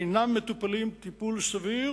אינם מטופלים טיפול סביר